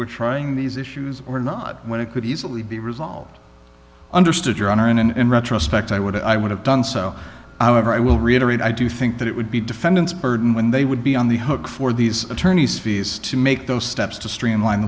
were trying these issues or not when it could easily be resolved understood your honor and in retrospect i would i would have done so however i will reiterate i do think that it would be defendant's burden when they would be on the hook for these attorney's fees to make those steps to streamline